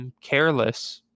Careless